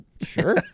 Sure